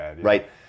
Right